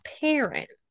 parent